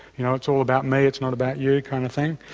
you know it's all about me it's not about you kind of thing.